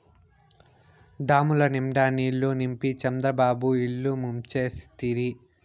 డాముల నిండా నీళ్ళు నింపి చంద్రబాబు ఇల్లు ముంచేస్తిరి